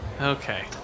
Okay